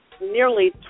nearly